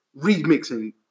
remixing